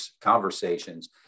conversations